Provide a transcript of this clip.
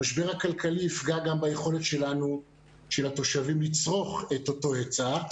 המשבר הכלכלי יפגע גם ביכולת של התושבים לצרוך את אותו היצע,